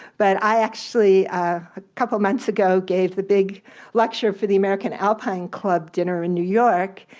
but i actually a couple months ago gave the big lecture for the american alpine club dinner in new york,